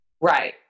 Right